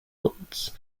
boards